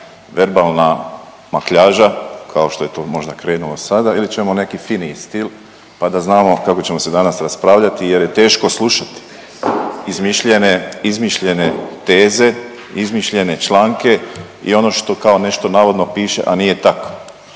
verbalna makljaža, kao što je to možda krenulo sada ili ćemo neki finiji stil pa da znamo kako ćemo se danas raspravljati jer je teško slušati izmišljene teze, izmišljene članke i ono što kao nešto navodno piše, a nije tako.